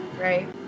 right